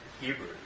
Hebrew